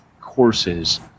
courses